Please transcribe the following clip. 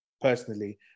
personally